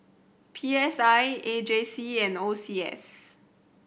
P S I A J C and O C S